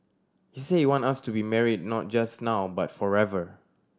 he said he wants us to be married not just now but forever